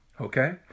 Okay